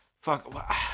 fuck